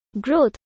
growth